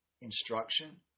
instruction